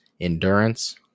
endurance